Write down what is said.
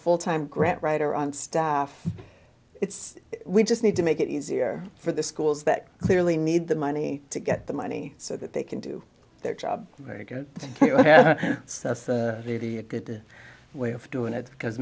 full time grant writer on staff it's we just need to make it easier for the schools that clearly need the money to get the money so that they can do their job because really a good way of doing it because